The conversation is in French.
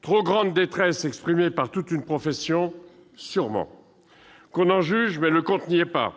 Trop grande détresse exprimée par toute une profession ? Sûrement. Qu'on en juge, mais le compte n'y est pas